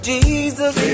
Jesus